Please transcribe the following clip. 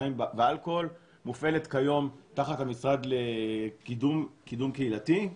סמים ואלכוהול מופעלת כיום תחת המשרד לקידום קהילתי,